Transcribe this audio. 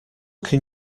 can